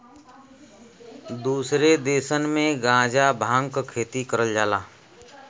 दुसरे देसन में गांजा भांग क खेती करल जाला